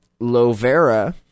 Lovera